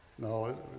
No